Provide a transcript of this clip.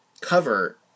cover